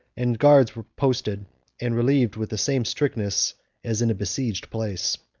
and guards posted and relieved with the same strictness as in a besieged place.